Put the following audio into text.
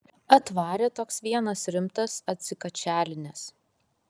atvarė toks vienas rimtas atsikačialinęs